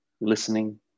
listening